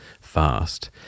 fast